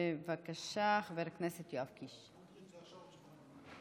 בבקשה, חבר הכנסת